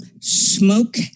smoke